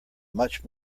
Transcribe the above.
much